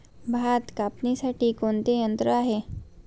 भात कापणीसाठी कोणते यंत्र आहे?